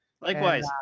Likewise